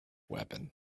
weapon